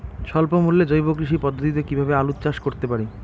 স্বল্প মূল্যে জৈব কৃষি পদ্ধতিতে কীভাবে আলুর চাষ করতে পারি?